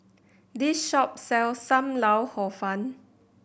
this shop sells Sam Lau Hor Fun